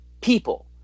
people